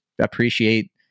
appreciate